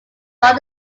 fort